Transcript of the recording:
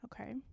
okay